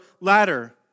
ladder